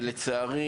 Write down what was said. ולצערי,